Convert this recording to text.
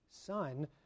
Son